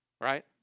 right